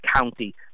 county